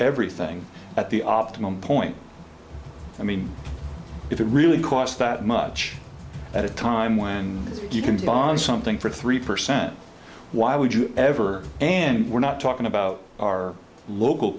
everything at the optimum point i mean if it really cost that much at a time when you can buy something for three percent why would you ever and we're not talking about our local